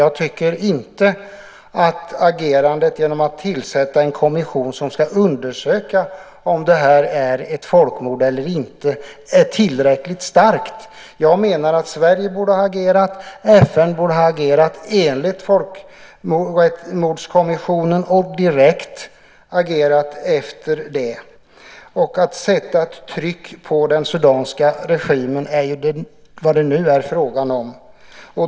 Jag tycker inte att agerandet att tillsätta en kommission som ska undersöka om det här är ett folkmord eller inte är tillräckligt starkt. Jag menar att Sverige och FN borde ha agerat direkt enligt folkmordskonventionen. Att sätta tryck på den sudanska regimen är ju vad det nu är fråga om.